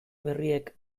berriek